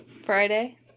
Friday